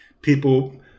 people